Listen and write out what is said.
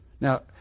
Now